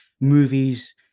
movies